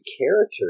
character